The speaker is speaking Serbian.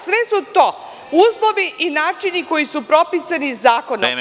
Sve su to uslovi i načini koji su propisani zakonom.